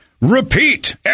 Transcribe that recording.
Repeat